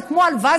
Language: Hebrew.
זה כמו הלוואה,